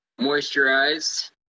moisturized